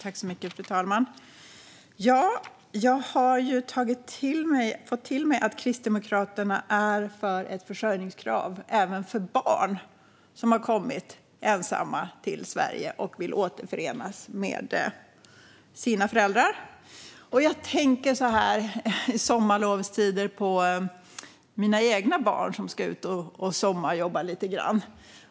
Fru talman! Jag har fått till mig att Kristdemokraterna är för ett försörjningskrav även för barn som har kommit ensamma till Sverige och vill återförenas med sina föräldrar. Jag tänker så här i sommarlovstider på mina egna barn som ska ut och sommarjobba lite grann.